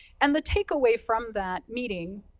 and the takeaway from that meeting,